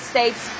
States